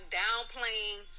downplaying